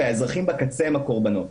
והאזרחים בקצה הם הקורבנות.